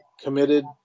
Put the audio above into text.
committed